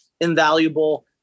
invaluable